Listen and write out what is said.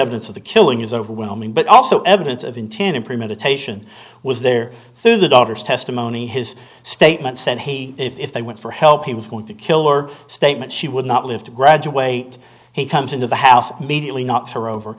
evidence of the killing is overwhelming but also evidence of intent in premeditation was there through the daughter's testimony his statement said he if they went for help he was going to kill her statement she would not live to graduate he comes into the house mediately knocks her over